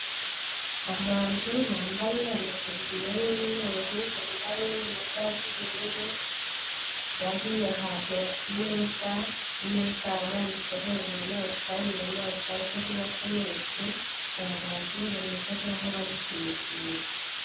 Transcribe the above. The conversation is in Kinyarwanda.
Abantu bambaye amataburiya y'umweru, bambaye na ga z'ubururu, bari ahantu ku meza, ameza arambitseho inyamaswa, ni inyamaswa isa nk'iyakomeretse, ni abantu bameze nkaho bari kuyivura.